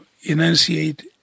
enunciate